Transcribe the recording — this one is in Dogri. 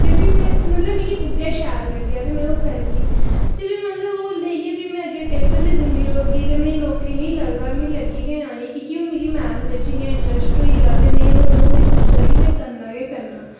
ते मतलब भी में उ'ऐ शैल लग्गेआ ते में करगी ते भी में ओह् लेइयै मतलब अग्गें पेपर बी दिंदी रौह्गी ते नौकरी मिगी लगदा हून लग्गी गै जानी ते मिगी ओह् हून इंटरस्ट होई दा ते मिगी लगदा हून में ओह् करना गै करना